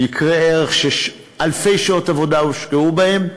יקרי ערך, שאלפי שעות עבודה הושקעו בהם,